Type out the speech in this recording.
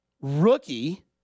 rookie